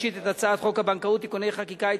שלישית את הצעת חוק הבנקאות (תיקוני חקיקה),